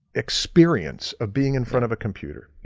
experience of being in front of a computer.